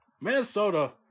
Minnesota